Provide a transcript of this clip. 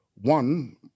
one